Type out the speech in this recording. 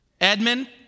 Edmund